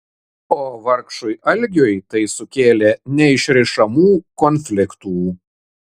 o vargšui algiui tai sukėlė neišrišamų konfliktų